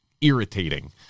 irritating